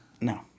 No